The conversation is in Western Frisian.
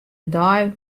dei